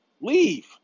leave